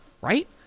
Right